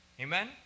Amen